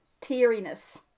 teariness